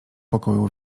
pokoju